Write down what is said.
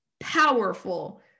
powerful